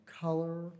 color